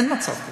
אין מצב כזה.